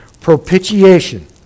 propitiation